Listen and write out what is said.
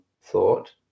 thought